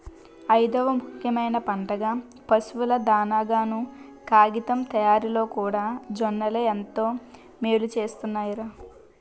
ఐదవ ముఖ్యమైన పంటగా, పశువుల దానాగాను, కాగితం తయారిలోకూడా జొన్నలే ఎంతో మేలుసేస్తున్నాయ్ రా